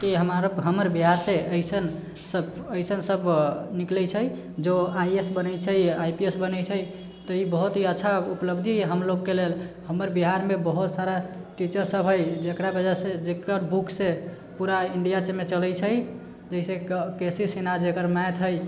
कि हमारा हमर बिहार से ऐसन सब निकलैत छै जो आइ ए एस बनैत छै आइ पी एस बनैत छै तऽ ई बहुत ही अच्छा उपलब्धि हइ हमलोगके लेल हमर बिहारमे बहुत सारा टीचर सब है जेकरा वजह से जेकर बुक से पूरा इण्डिया सबमे चलैत छै जैसे के सी सिन्हा जेकर मैथ हइ